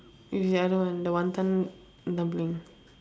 it's the other one the wanton dumpling